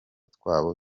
twabo